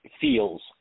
feels